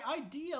idea